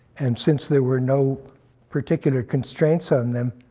and since there were no particular constraints on them,